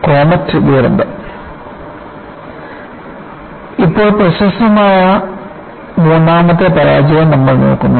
comet ദുരന്തം ഇപ്പോൾ പ്രശസ്തമായ മൂന്നാമത്തെ പരാജയം നമ്മൾ നോക്കുന്നു